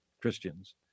Christians